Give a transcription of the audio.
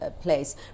place